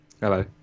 Hello